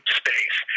space